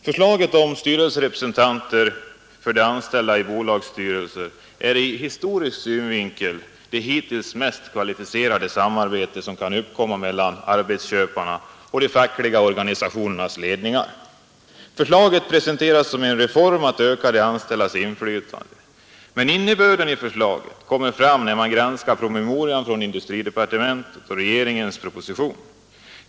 Förslaget om styrelserepresentanter för de anställda i bolagsstyrelser är ur historisk synvinkel det mest kvalificerade samarbete som kan uppkomma mellan arbetsköparna och de fackliga organisationernas ledningar. Förslaget presenteras som en reform för att öka de anställdas inflytande. Men innebörden i förslaget kommer fram när man granskar promemorian från industridepartementet och regeringens proposition.